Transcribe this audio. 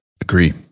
Agree